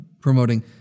promoting